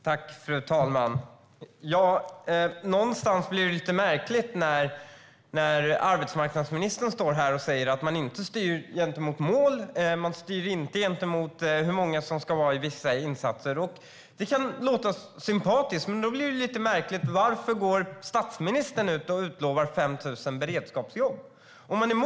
Fru talman! Det blir lite märkligt när arbetsmarknadsministern står här och säger att man styr mot mål och inte mot hur många som ska vara i vissa insatser. Det kan låta sympatiskt. Det blir då lite märkligt att statsministern går ut och utlovar 5 000 beredskapsjobb. Varför gör han det?